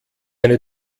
eine